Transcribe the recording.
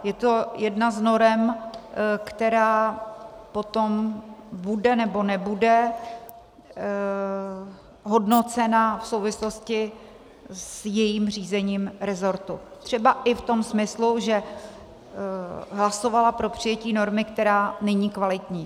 Je to jedna z norem, která potom bude, nebo nebude hodnocena v souvislosti s jejím řízením resortu, třeba i v tom smyslu, že hlasovala pro přijetí normy, která není kvalitní.